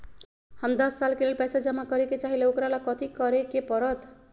हम दस साल के लेल पैसा जमा करे के चाहईले, ओकरा ला कथि करे के परत?